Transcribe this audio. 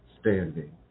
standing